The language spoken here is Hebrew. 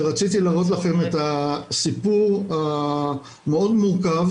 רציתי להראות לכם את הסיפור המאוד מורכב